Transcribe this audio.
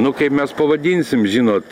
nu kaip mes pavadinsim žinot